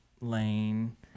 Lane